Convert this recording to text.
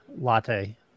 latte